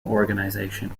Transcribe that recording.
organization